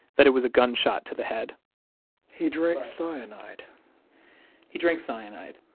that it was a gunshot to the head he drank cyanide he drank cyanide